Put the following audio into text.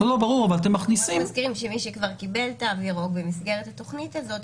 אנחנו רק מסדירים שמי שכבר קיבל תו ירוק במסגרת התוכנית הזאת,